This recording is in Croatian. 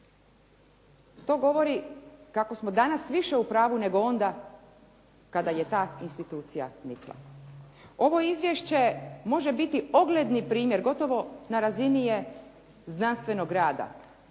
To govori kako smo danas više u pravu nego onda kada je ta institucija nikla. Ovo izvješće može biti ogledni primjer, gotovo na razini je znanstvenog rada.